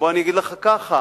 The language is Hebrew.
אני אגיד לך כך: